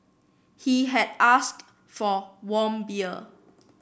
he had asked for warm beer